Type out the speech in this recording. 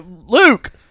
Luke